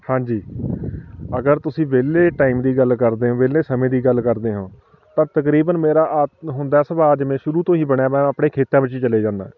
ਹਾਂਜੀ ਅਗਰ ਤੁਸੀਂ ਵਿਹਲੇ ਟਾਈਮ ਦੀ ਗੱਲ ਕਰਦੇ ਹੋ ਵਿਹਲੇ ਸਮੇਂ ਦੀ ਗੱਲ ਕਰਦੇ ਹੋ ਤਾਂ ਤਕਰੀਬਨ ਮੇਰਾ ਆ ਹੁੰਦਾ ਸੁਭਾਅ ਜਿਵੇਂ ਸ਼ੁਰੂ ਤੋਂ ਹੀ ਬਣਿਆ ਵਾ ਆਪਣੇ ਖੇਤਾਂ ਵਿੱਚ ਚਲੇ ਜਾਂਦਾ